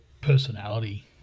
personality